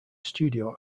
studio